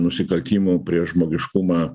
nusikaltimų prieš žmogiškumą